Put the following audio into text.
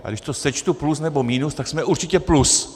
A když to sečtu plus nebo minus, tak jsme určitě plus.